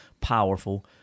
powerful